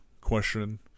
question